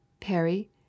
perry